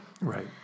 Right